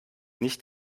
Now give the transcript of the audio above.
nicht